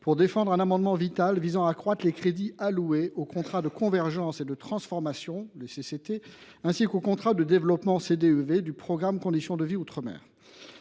pour défendre un amendement vital visant à accroître les crédits alloués aux contrats de convergence et de transformation (CCT) ainsi qu’aux contrats de développement (CDEV) du programme « Conditions de vie outre mer